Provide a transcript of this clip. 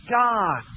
God